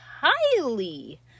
highly